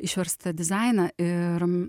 išverstą dizainą ir